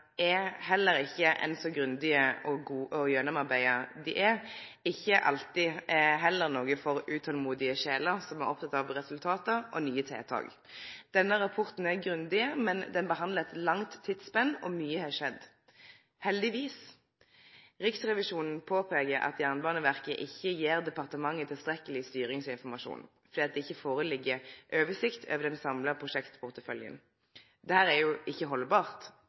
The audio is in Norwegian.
er heller ikkje alltid – endå så grundige og så gjennomarbeidde dei er – noko for utolmodige sjeler som er opptekne av resultat og nye tiltak. Denne rapporten er grundig, men han dekkjer eit langt tidsspenn. Og mykje har skjedd – heldigvis. Riksrevisjonen peikar på at Jernbaneverket ikkje gjev departementet tilstrekkeleg styringsinformasjon, fordi det ikkje føreligg oversikt over den samla prosjektporteføljen. Dette er ikkje haldbart. Derfor er